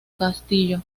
castillo